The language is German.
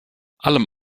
allem